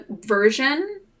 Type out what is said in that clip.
version